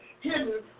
hidden